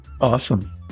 Awesome